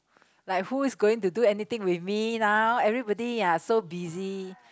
like who is going to do anything with me now everybody are so busy